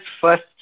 first